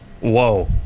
whoa